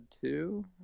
two